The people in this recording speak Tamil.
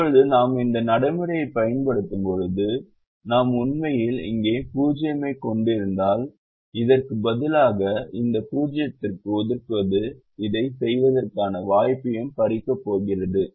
இப்போது நாம் இந்த நடைமுறையைப் பயன்படுத்தும்போது நாம் உண்மையில் இங்கே 0 ஐக் கொண்டிருந்தால் இதற்குப் பதிலாக அந்த 0 க்கு ஒதுக்குவது இதைச் செய்வதற்கான வாய்ப்பையும் பறிக்கப் போகிறது